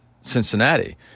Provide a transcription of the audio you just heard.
Cincinnati